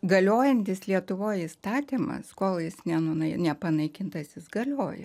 galiojantis lietuvoj įstatymas kol jis nenunai nepanaikintas jis galioja